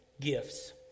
gifts